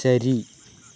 ശരി